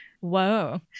Whoa